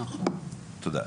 תודה.